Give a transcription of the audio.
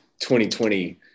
2020